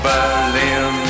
Berlin